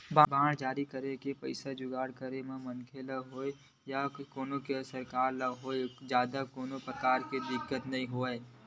bond जारी करके पइसा के जुगाड़ करे म मनखे ल होवय या कोनो सरकार ल होवय जादा कोनो परकार के दिक्कत नइ होवय